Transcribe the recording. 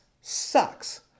sucks